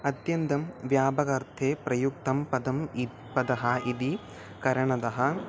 अत्यन्तं व्यापकम् अर्थे प्रयुक्तं पदम् इत् पदः इति कारणतः